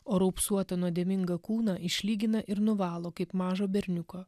o raupsuotą nuodėmingą kūną išlygina ir nuvalo kaip mažo berniuko